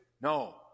No